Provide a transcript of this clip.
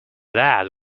that